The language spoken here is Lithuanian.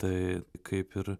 tai kaip ir